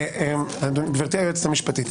גברתי יועצת המשפטית,